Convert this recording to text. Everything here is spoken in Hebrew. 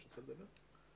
אתה פה.